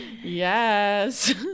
yes